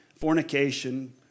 fornication